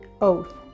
oath